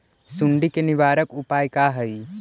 सुंडी के निवारक उपाय का हई?